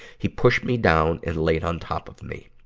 he pushed me down and laid on top of me.